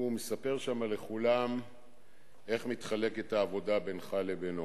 הוא מספר שם לכולם איך מתחלקת העבודה בינך לבינו.